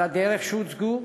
על הדרך שבה הוצגו,